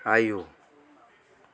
आयौ